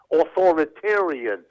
authoritarian